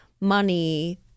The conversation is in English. money